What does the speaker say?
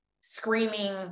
screaming